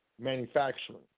manufacturing